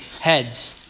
heads